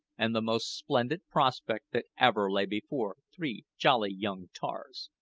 and the most splendid prospect that ever lay before three jolly young tars.